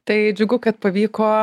tai džiugu kad pavyko